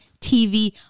TV